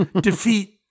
defeat